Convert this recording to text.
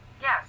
Yes